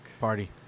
party